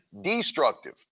destructive